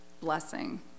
blessing